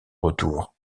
retour